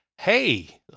Hey